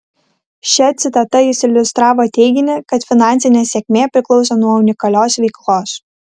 šia citata jis iliustravo teiginį kad finansinė sėkmė priklauso nuo unikalios veiklos